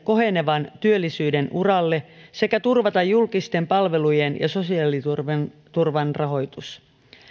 kohenevan työllisyyden uralle sekä turvata julkisten palvelujen ja sosiaaliturvan rahoitus